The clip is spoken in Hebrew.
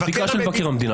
יש בדיקה של מבקר המדינה.